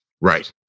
Right